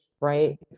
right